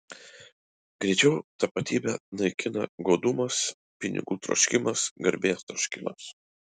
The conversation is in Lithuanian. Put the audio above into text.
greičiau tapatybę naikina godumas pinigų troškimas garbės troškimas